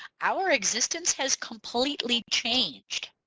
our existence has completely changed